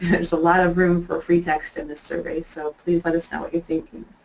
there's a lot of room for free text in this survey, so please let us know what you're thinking.